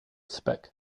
spec